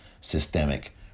systemic